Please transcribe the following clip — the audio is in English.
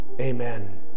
amen